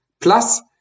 plus